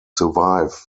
survive